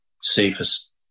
safest